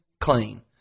clean